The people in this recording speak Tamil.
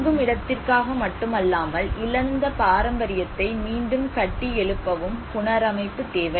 தங்குமிடத்திற் காக மட்டுமல்லாமல் இழந்த பாரம்பரியத்தை மீண்டும் கட்டியெழுப்பவும் புனரமைப்பு தேவை